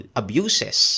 abuses